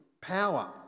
power